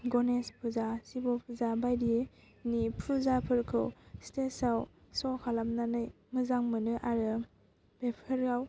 गनेश फुजा सिब' फुजा बायदिनि फुजाफोरखौ स्टेसाव स' खालामनानै मोजां मोनो आरो बेफोराव